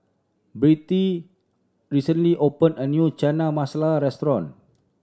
Birtie recently opened a new Chana Masala Restaurant